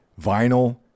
vinyl